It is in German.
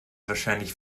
wahrscheinlich